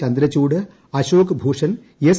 Chandrachud Ashok Bhushan S